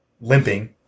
limping